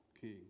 king